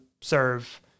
serve